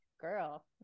girl